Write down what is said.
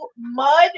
mud